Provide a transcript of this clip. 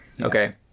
Okay